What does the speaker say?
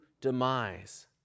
demise